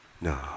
No